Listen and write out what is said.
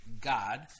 God